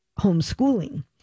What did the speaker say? homeschooling